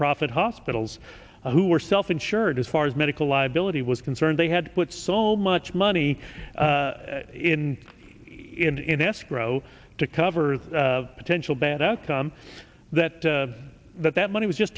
profit hospitals who were self insured as far as medical liability was concerned they had put so much money in in escrow to cover the potential bad outcome that that that money was just